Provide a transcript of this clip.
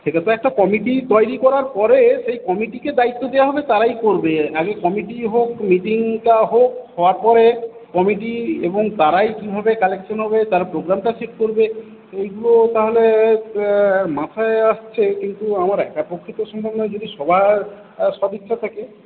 সেটা তো একটা কমিটি তৈরি করার পরে সেই কমিটিকে দায়িত্ব দেওয়া হবে তারাই করবে আগে কমিটি হোক মিটিংটা হোক হওয়ার পরে কমিটি এবং তারাই কিভাবে কালেকশন হবে তার প্রোগ্রামটা সেট করবে এইগুলো তাহলে মাথায় আসছে কিন্তু আমার একার পক্ষে তো সম্ভব নয় যদি সবার সদিচ্ছা থাকে